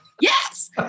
yes